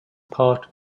part